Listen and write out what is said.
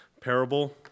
parable